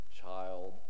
child